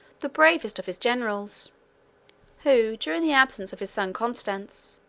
the bravest of his generals who, during the absence of his son constants,